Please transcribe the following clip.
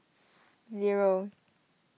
zero